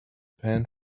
pan